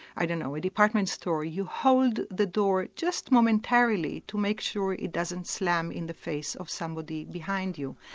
i don't know, a department store, you hold the door just momentarily to make sure it doesn't slam in the face of somebody behind you.